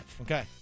okay